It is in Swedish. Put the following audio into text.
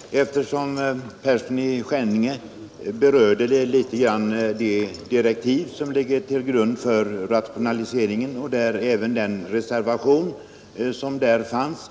Fru talman! Eftersom herr Persson i Skänninge något berörde de direktiv som ligger till grund för rationaliseringen och även den reservation som där finns,